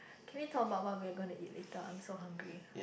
can we talk about what we're gonna eat later I'm so hungry